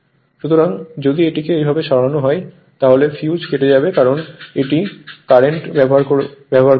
শুধু যদি এটিকে এইভাবে সরানো হয় তাহলে ফিউজ কেটে যাবে কারণ এটি কারেন্ট ব্যবহার করবে